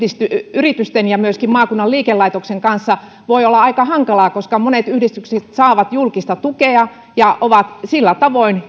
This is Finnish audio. yritysten ja myöskin maakunnan liikelaitoksen kanssa voi olla aika hankalaa koska monet yhdistykset saavat julkista tukea ja ovat sillä tavoin